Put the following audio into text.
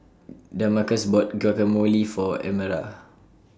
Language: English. Damarcus bought Guacamole For Amara